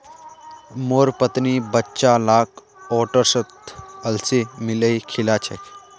मोर पत्नी बच्चा लाक ओट्सत अलसी मिलइ खिला छेक